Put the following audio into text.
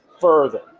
further